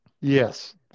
Yes